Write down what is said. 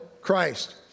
Christ